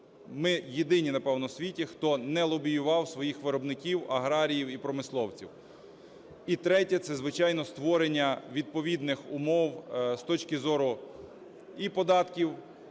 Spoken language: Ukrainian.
ми єдині, напевно, в світі, хто не лобіював своїх виробників, аграріїв і промисловців. І третє. Це, звичайно, створення відповідних умов з точки зору і податків,